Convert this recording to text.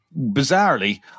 bizarrely